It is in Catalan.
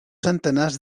centenars